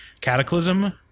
Cataclysm